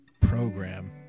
program